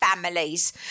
families